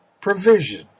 provision